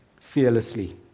fearlessly